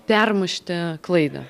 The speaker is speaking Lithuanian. permušti klaidą